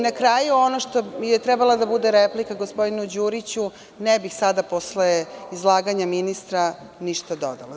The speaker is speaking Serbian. Na kraju, ono što je trebalo da bude replika gospodinu Đuriću, ne bih sada posle izlaganja ministra ništa dodala.